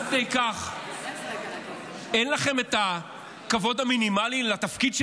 עד כדי כך אין לכם את הכבוד המינימלי לתפקיד שלכם,